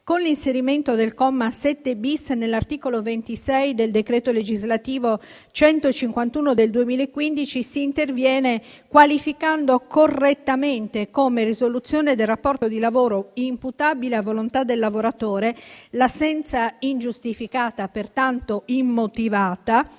Con l'inserimento del comma 7-*bis* nell'articolo 26 del decreto legislativo n. 151 del 2015, si interviene qualificando correttamente come risoluzione del rapporto di lavoro imputabile a volontà del lavoratore l'assenza ingiustificata, pertanto immotivata,